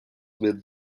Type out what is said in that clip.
with